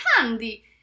handy